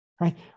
right